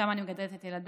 שם אני מגדלת את ילדיי.